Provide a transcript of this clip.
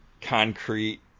concrete